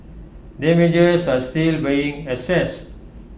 damages are still being assessed